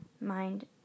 mind